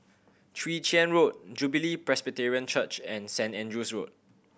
Chwee Chian Road Jubilee Presbyterian Church and Saint Andrew's Road